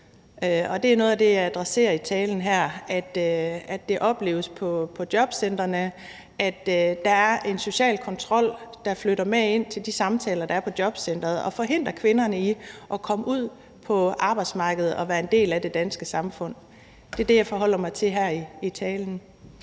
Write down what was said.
samfund. Noget af det, jeg adresserer i talen her, er, at man på jobcentrene oplever, at der er en social kontrol, der flytter med ind i de samtaler, der er på jobcenteret, og forhindrer kvinderne i at komme ud på arbejdsmarkedet og være en del af det danske samfund. Det er det, jeg forholder mig til her i talen.